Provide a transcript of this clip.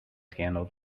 scandal